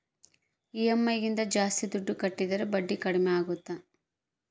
EMI ಗಿಂತ ಜಾಸ್ತಿ ದುಡ್ಡು ಕಟ್ಟಿದರೆ ಬಡ್ಡಿ ಕಡಿಮೆ ಆಗುತ್ತಾ?